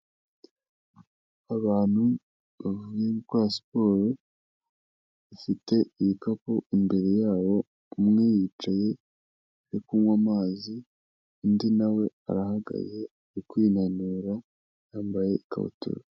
Abantu bavuye gukora siporo, bafite ibikapu imbere yabo, umwe yicaye ari kunywa amazi, undi na we arahagaze ari kwinanura, yambaye ikabutura.